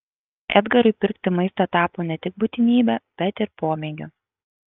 edgarui pirkti maistą tapo ne tik būtinybe bet ir pomėgiu